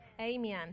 Amen